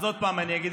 אז עוד פעם אני אגיד,